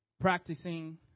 practicing